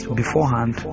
beforehand